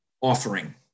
offering